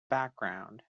background